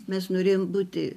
mes norėjom būti